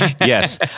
Yes